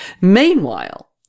Meanwhile